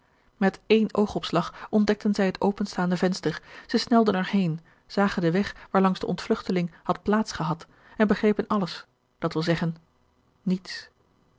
met een oogopslag ontdekten zij het openstaande venster zij snelden er heen zagen den weg waar langs de ontvlugteling had plaats gehad en begrepen alles dat wil zeggen niets